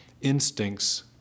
instincts